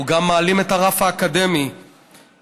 אנחנו גם מעלים את הרף האקדמי במוסדות